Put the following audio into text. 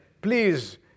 please